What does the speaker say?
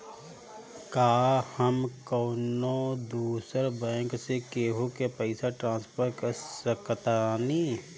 का हम कौनो दूसर बैंक से केहू के पैसा ट्रांसफर कर सकतानी?